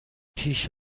پیش